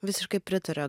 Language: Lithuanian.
visiškai pritariu